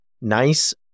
nice